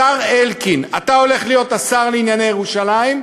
השר אלקין, אתה הולך להיות השר לענייני ירושלים,